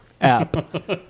app